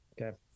Okay